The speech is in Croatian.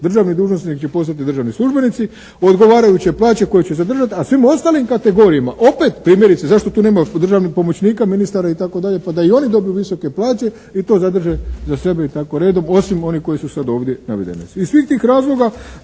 državni dužnosnik nego će postati državni službenici odgovarajuće plaće koje će zadržati a svim ostalim kategorijama opet primjerice, zašto tu nema državnih pomoćnika i ministara itd., pa da i oni dobiju visoke plaće i to zadrže za sebe i tako redom osim oni koji su sada ovdje navedene. Iz svih tih razloga,